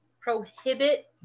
prohibit